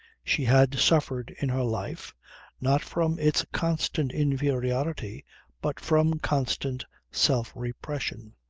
she had suffered in her life not from its constant inferiority but from constant self-repression.